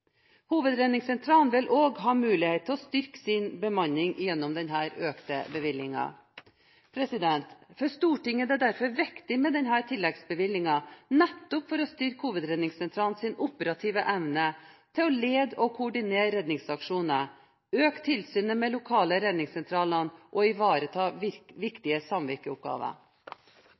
Hovedredningssentralen vil også ha muligheten til å styrke sin bemanning gjennom denne økte bevilgningen. For Stortinget er det derfor viktig med denne tilleggsbevilgningen, nettopp for å styrke Hovedredningssentralens operative evne til å lede og koordinere redningsaksjoner, øke tilsynet med lokale redningssentraler og ivareta viktige